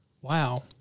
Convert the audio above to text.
Wow